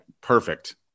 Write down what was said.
perfect